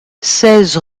seize